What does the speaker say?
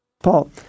Paul